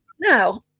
now